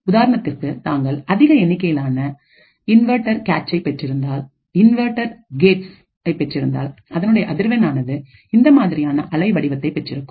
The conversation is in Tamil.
உதாரணத்திற்கு தாங்கள் அதிக எண்ணிக்கையிலான இன்வெர்ட்டர் கேட்சை பெற்றிருந்தால் அதனுடைய அதிர்வெண் ஆனது இந்த மாதிரியான அலை வடிவத்தை பெற்றிருக்கும்